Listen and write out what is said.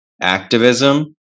activism